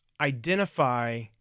identify